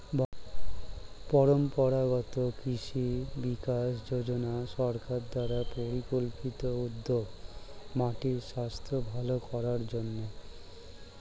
পরম্পরাগত কৃষি বিকাশ যোজনা সরকার দ্বারা পরিকল্পিত উদ্যোগ মাটির স্বাস্থ্য ভাল করার জন্যে